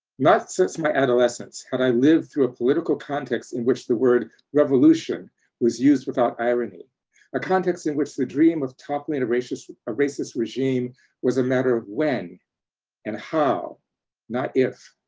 not since my adolescence, had i lived through a political context in which the word revolution was used without irony a context in which the dream of toppling a racist a racist regime was a matter of when and how not if.